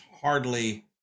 hardly